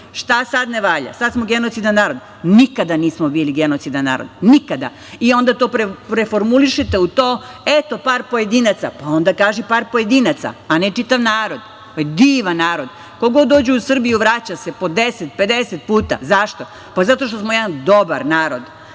Šta sad ne valja? Sad smo genocidan narod. Nikada nismo bili genocidan narod. Nikada. Onda to preformulišete u to, eto, par pojedinaca, a ne čitav narod. Ovo je divan narod. Ko god dođe u Srbiju vraća se po 10, 50 puta. Zašto? Zato što smo jedan dobar narod.